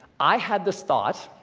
i had this thought,